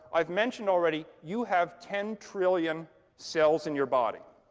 i've mentioned already, you have ten trillion cells in your body.